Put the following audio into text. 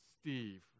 Steve